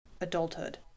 adulthood